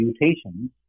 mutations